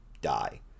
die